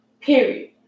Period